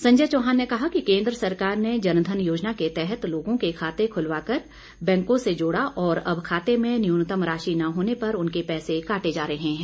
संजय चौहान ने कहा कि केंद्र सरकार ने जनधन योजना के तहत लोगों के खाते खुलवा कर बैंकों से जोड़ा और अब खाते में न्यूनतम राशि न होने पर उनके पैसे काटे जा रहे हैं